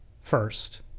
first